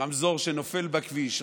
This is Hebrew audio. רמזור שנופל בכביש,